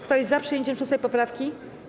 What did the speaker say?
Kto jest za przyjęciem 6. poprawki?